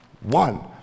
one